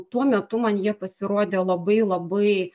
tuo metu man jie pasirodė labai labai